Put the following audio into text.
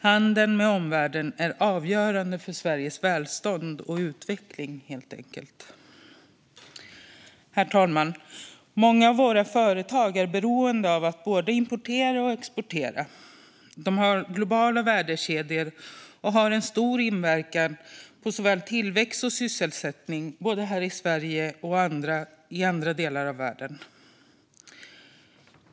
Handeln med omvärlden är avgörande för Sveriges välstånd och utveckling, helt enkelt. Många av våra företag är beroende av att både importera och exportera. De har globala värdekedjor, och de har en stor inverkan på tillväxt och sysselsättning både här i Sverige och i andra delar av världen.